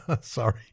Sorry